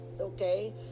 okay